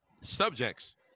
Subjects